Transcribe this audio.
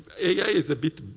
ai is a bit